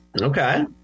Okay